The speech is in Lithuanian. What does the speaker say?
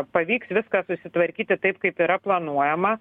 pavyks viską susitvarkyti taip kaip yra planuojama